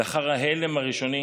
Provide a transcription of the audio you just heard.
לאחר ההלם הראשוני